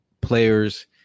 players